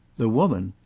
the woman?